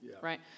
right